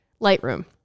Lightroom